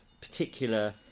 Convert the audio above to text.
particular